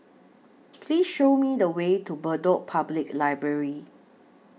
Please Show Me The Way to Bedok Public Library